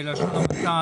בלשון המעטה,